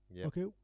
okay